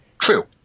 true